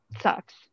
sucks